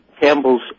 Campbell's